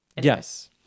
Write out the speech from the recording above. Yes